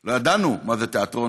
לא ידענו מה זה תיאטרון,